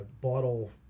bottle